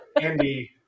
Andy